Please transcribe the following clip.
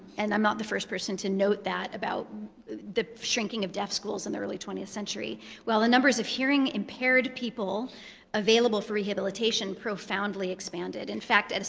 and i'm not the first person to note that, about the shrinking of deaf schools in the early twentieth century while the numbers of hearing impaired people available for rehabilitation profoundly expanded. in fact,